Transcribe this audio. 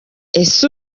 ese